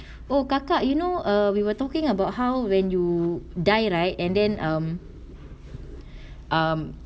oh kakak you know err we were talking about how when you die right and then um um